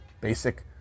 basic